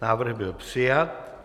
Návrh byl přijat.